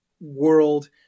world